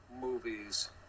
movies